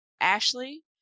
Ashley